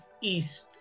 east